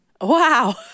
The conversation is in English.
Wow